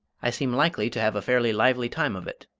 i seem likely to have a fairly lively time of it!